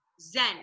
zen